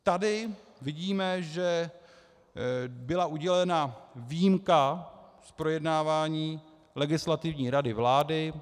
Tady vidíme, že byla udělena výjimka z projednávání Legislativní rady vlády.